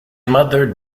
mother